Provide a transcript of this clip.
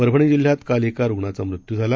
परभणीजिल्ह्यातकालएकारूग्णाचामृत्यूझाला